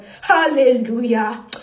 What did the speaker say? Hallelujah